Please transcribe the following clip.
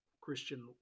Christian